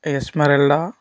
ఇస్మరిల్లా